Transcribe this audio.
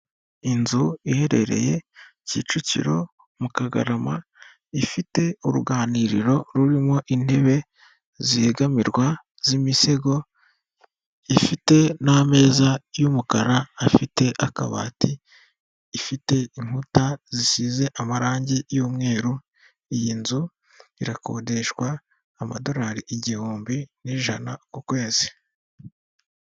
Inzu iherereye Kicukiro mu Kagarama, ifite uruganiriro rurimo intebe zegamirwa z'imisego, ifite n'ameza y'umukara afite akabati, ifite inkuta zisize amarangi y'umweru, iyi nzu irakodeshwa amadolari igihumbi n'ijana ku kwezi.